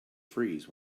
freeze